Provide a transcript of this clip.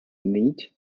neat